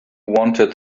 wanted